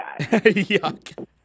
Yuck